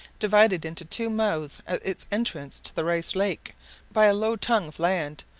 divided into two mouths at its entrance to the rice lake by a low tongue of land,